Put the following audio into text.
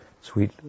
Sweet